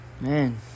man